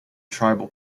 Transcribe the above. tribal